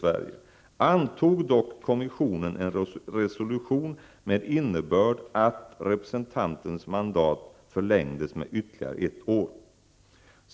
Sverige, antog dock kommissionen en resolution med innebörden att representantens mandat förlängdes med ytterligare ett år.